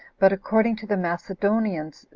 but according to the macedonians,